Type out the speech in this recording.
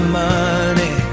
money